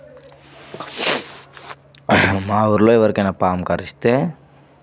మా ఊళ్ళో ఎవరికైనా పాము కరిస్తే